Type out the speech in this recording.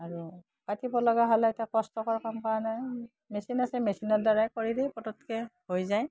আৰু কাটিব লগা হ'লে এতিয়া কষ্টকৰ কাম কাৰণে মেচিন আছে মেচিনৰ দ্বাৰা কৰি দি পটতকৈ হৈ যায়